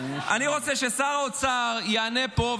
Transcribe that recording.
אני רוצה ששר האוצר יענה פה,